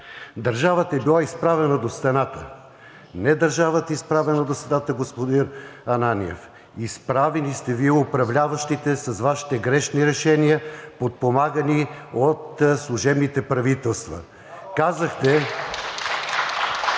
държавата е била изправена до стената. Не държавата е изправена до стената, господин Ананиев, изправени сте Вие, управляващите, с Вашите грешни решения, подпомагани от служебните правителства.